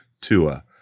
Tua